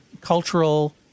cultural